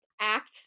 act